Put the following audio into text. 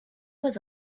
was